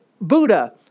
Buddha